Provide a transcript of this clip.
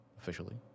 officially